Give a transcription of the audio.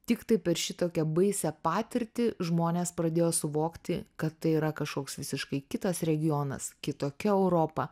tiktai per šitokią baisią patirtį žmonės pradėjo suvokti kad tai yra kažkoks visiškai kitas regionas kitokia europa